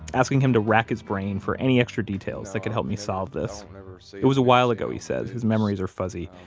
asking him to rack his brain for any extra details that could help me solve this. it was a while ago, he says. his memories are fuzzy.